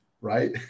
right